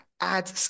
add